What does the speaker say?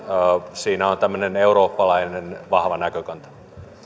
siinä on eurooppalainen vahva näkökanta